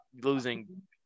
losing